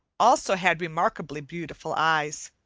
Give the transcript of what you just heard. also had remarkably beautiful eyes.